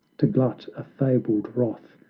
to glut a fabled wrath,